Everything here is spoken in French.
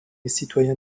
citoyen